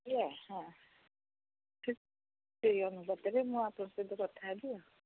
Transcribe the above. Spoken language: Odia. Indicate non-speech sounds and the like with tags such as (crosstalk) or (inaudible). (unintelligible) ହଁ ସେ ସେଇ ଅନୁପାତରେ ମୁଁ ଆପଣ ସହିତ କଥା ହେବି ଆଉ